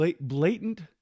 blatant